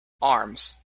arms